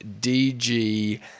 DG